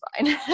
fine